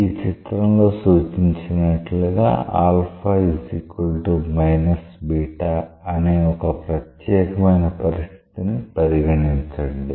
ఈ చిత్రంలో సూచించినట్లుగా అనే ఒక ప్రత్యేకమైన పరిస్థితిని పరిగణించండి